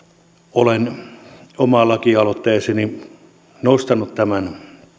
olen omaan lakialoitteeseeni nostanut tämän